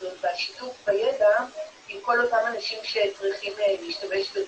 הזאת ושיתוף הידע עם כל אותם אנשים שצריכים להשתמש בזה.